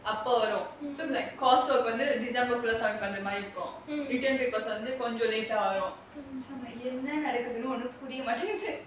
அப்போ வரும்:appo varum so is like course work வந்து:vanthu december இருக்கும்:irukum written paper வந்து:vanthu data என்ன நடக்குதுனே புரியமாட்டேங்குது:enna nadakuthunae puriyamaataenguthu